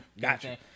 Gotcha